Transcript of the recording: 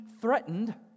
threatened